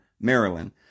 Maryland